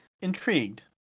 intrigued